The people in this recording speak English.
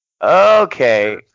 okay